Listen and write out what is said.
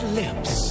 lips